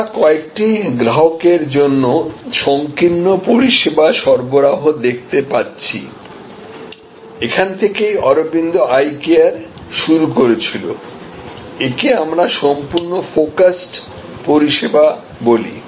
আমরা কয়েকটি গ্রাহকের জন্য সংকীর্ণ পরিষেবা সরবরাহ দেখতে পাচ্ছি এখান থেকেই অরবিন্দ আই কেয়ার শুরু করেছিল একে আমরা সম্পূর্ণ ফোকাসড পরিষেবা বলি